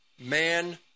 man